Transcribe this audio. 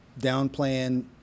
downplaying